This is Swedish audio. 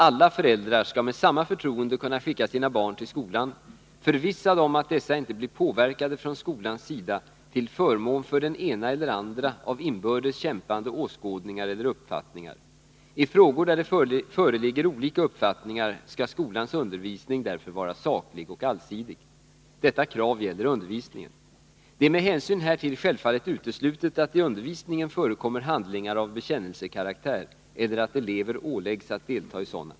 ”Alla föräldrar skall med samma förtroende kunna skicka sina barn till skolan förvissade om att dessa inte blir påverkade från skolans sida till förmån för den ena eller andra av inbördes kämpande åskådningar eller uppfattningar. I frågor, där det föreligger olika uppfattningar, skall skolans undervisning därför vara saklig och allsidig.” Detta krav gäller undervisningen. Det är med hänsyn härtill självfallet uteslutet att det i undervisningen förekommer handlingar av bekännelsekaraktär eller att elever åläggs att delta i sådana.